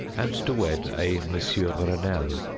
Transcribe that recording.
and to wed a monsieur renelle,